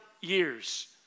years